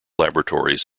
laboratories